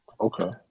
okay